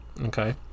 Okay